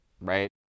right